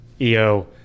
EO